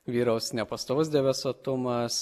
vyraus nepastovus debesuotumas